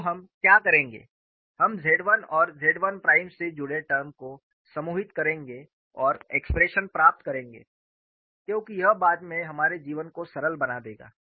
तो हम क्या करेंगे हम Z 1 और Z 1 प्राइम से जुड़े टर्म को समूहित करेंगे और एक्सप्रेशन प्राप्त करेंगे क्योंकि यह बाद में हमारे जीवन को सरल बना देगा